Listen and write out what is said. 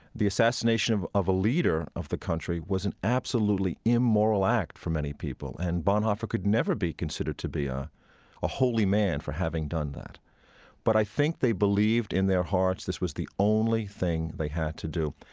the assassination of of a leader of the country was an absolutely immoral act for many people, and bonhoeffer could never be considered to be ah a holy man for having done that but i think they believed in their hearts this was the only thing they had to do.